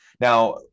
Now